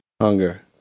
Hunger